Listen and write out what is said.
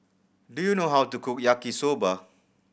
do you know how to cook Yaki Soba